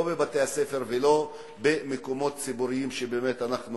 לא בבתי-הספר ולא במקומות ציבוריים שבאמת אנחנו